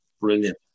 Brilliant